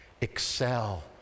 excel